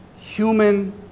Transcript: human